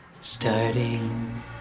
starting